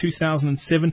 2007